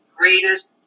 greatest